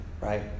right